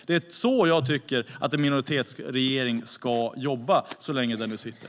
Det är så jag tycker att en minoritetsregering ska jobba, så länge den nu sitter.